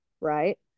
right